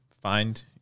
find